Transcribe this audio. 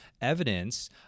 evidence